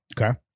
Okay